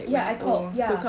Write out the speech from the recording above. ya I called ya